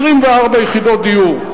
24 יחידות דיור.